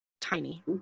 Tiny